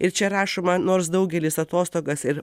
ir čia rašoma nors daugelis atostogas ir